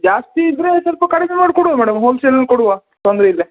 ಜಾಸ್ತಿ ಇದ್ದರೆ ಸ್ವಲ್ಪ ಕಡಿಮೆ ಮಾಡಿ ಕೊಡುವ ಮೇಡಮ್ ಹೊಲ್ಸೇಲ್ ಅಲ್ಲಿ ಕೊಡುವ ತೊಂದರೆಯಿಲ್ಲ